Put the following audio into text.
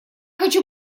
хочу